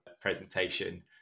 presentation